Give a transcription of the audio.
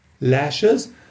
lashes